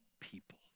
people